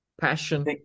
passion